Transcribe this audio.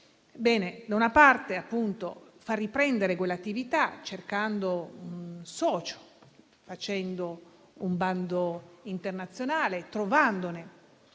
Ebbene, da una parte, appunto, pensammo a far riprendere quell'attività, cercando un socio, facendo un bando internazionale, trovandone